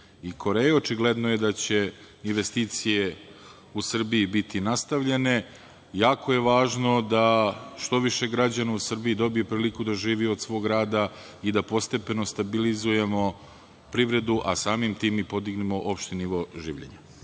Koreje. Očigledno je da će investicije u Srbiji biti nastavljene. Jako je važno da što više građana u Srbiji dobije priliku da živi od svog rada i da postepeno stabilizujemo privredu, a samim tim i podignemo opšti nivo življenja. Podvlačim,